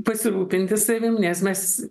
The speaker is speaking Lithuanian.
pasirūpinti savim nes mes